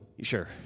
Sure